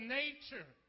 nature